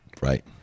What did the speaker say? Right